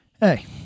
Hey